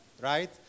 right